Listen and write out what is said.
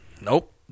Nope